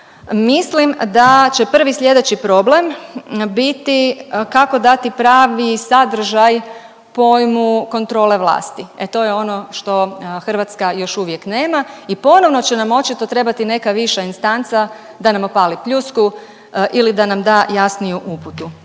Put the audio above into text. mislim da će prvi slijedeći problem biti kako dati pravi sadržaj pojmu kontrole vlasti, e to je ono što Hrvatska još uvijek nema i ponovno će nam očito trebati neka viša instanca da nam opali pljusku ili da nam da jasniju uputu.